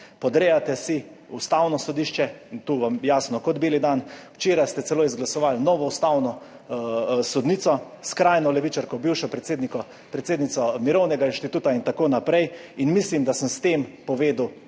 Podrejate si Ustavno sodišče in tu vam jasno kot beli dan. Včeraj ste celo izglasovali novo ustavno sodnico, skrajno levičarko, bivšo predsednico Mirovnega inštituta in tako naprej. In mislim, da sem s tem povedal